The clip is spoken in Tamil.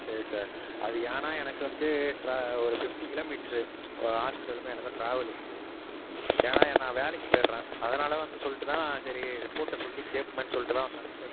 சரி சார் அது ஏன்னால் எனக்கு வந்து ட்ரா ஒரு ஃபிஃப்டி கிலோமீட்ரு ஒரு ஹாஸ்ப்பிட்டலுக்கும் எனக்கும் ட்ராவல்லு ஏன்னால் என் நான் வேலைக்கு போயிடுறேன் அதனால் வந்து சொல்லிட்டு தான் சரி ரிப்போர்ட்டை சொல்லி கேட்பமேன்னு சொல்லிட்டு தான் வந்தேன் சரி